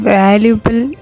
valuable